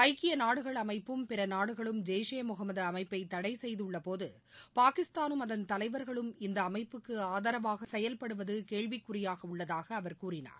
ஐக்கிய நாடுகள் அமைப்பும் பிற நாடுகளும் ஜெய்ஷே முகமது அமைப்பை தடை செய்துள்ள போது பாகிஸ்தானும் அதன் தலைவர்களும் இந்த அமைப்புக்கு ஆதரவாக செயவ்படுவது கேள்விக்குறியாக உள்ளதாக அவர் கூறினார்